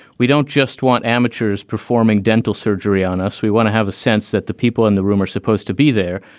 we don't just want amateurs performing dental surgery on us. we want to have a sense that the people in the room are supposed to be there.